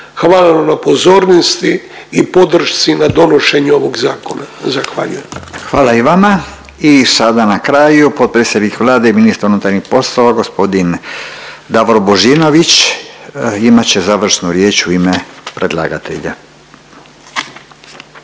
Hvala vam na pozornosti i podršci na donošenju ovog zakona. Zahvaljujem. **Radin, Furio (Nezavisni)** Hvala i vama. I sada na kraju potpredsjednik Vlade i ministar unutarnjih poslova g. Davor Božinović imat će završnu riječ u ime predlagatelja.